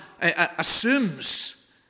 assumes